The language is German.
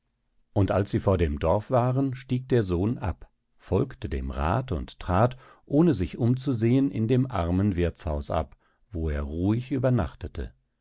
und als sie vor dem dorf waren stieg der sohn ab folgte dem rath und trat ohne sich umzusehen in dem armen wirthshaus ab wo er ruhig übernachtete